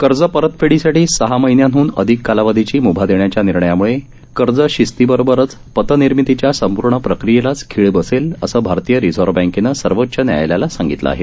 कर्ज परतफेपीसाठी सहा महिन्यांहन अधिक कालावधीची मुभा देण्याच्या निर्णयामुळे कर्जशिस्तीबरोबरच पतनिर्मितीच्या संपूर्ण प्रक्रियेलाच खीळ बसेल असं भारतीय रिझर्व्ह बँकेनं सर्वोच्च न्यायालयाला सांगितलं आहे